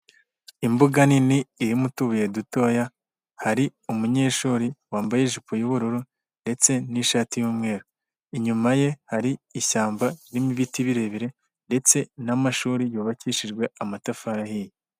Imbuga nini irimo utubuye dutoya, hari umunyeshuri wambaye ijipo y'ubururu ndetse n'ishati y'umweru, inyuma ye hari ishyamba n'ibiti birebire ndetse n'amashuri yubakishijwe amatafari ahiye.